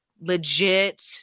legit